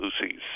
Lucy's